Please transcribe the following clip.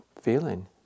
feeling